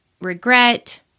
regret